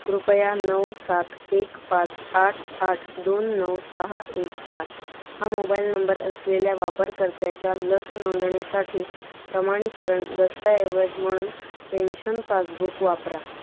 कृपया नऊ सात एक पाच आठ आठ दोन नऊ सहा एक चार हा मोबाईल नंबर असलेल्या वापरकर्त्याच्या लस नोंदणीसाठी प्रमाणीकरण दस्तऐवज म्हणून पेन्शन पासबुक वापरा